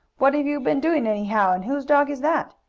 what have you been doing, anyhow, and whose dog is that?